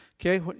Okay